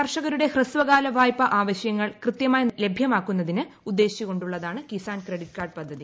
കർഷകരുടെ ഹ്രസ്വകാല വായ്പാ ആവശ്യങ്ങൾ കൃത്യമായി ലഭൃമാക്കുന്നതിന് ഉദ്ദേശിച്ചുകൊണ്ടുള്ളതാണ് കിസാൻ ക്രെഡിറ്റ് ക്ടൂർഡ് പദ്ധതി